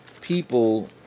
people